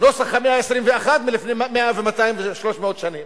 נוסח המאה ה-21 מלפני 100 ו-200 ו-300 שנים?